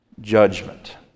judgment